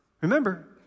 remember